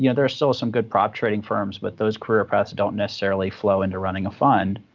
yeah there are still some good prop trading firms, but those career paths don't necessarily flow into running a fund.